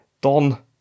Don